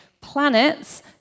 planets